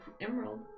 emerald